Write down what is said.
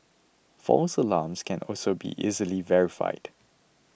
false alarms can also be easily verified